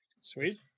Sweet